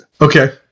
Okay